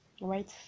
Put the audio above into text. right